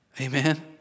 amen